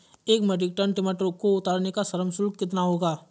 एक metric ton टमाटर को उतारने का श्रम शुल्क कितना होगा?